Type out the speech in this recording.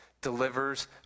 delivers